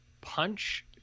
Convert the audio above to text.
punch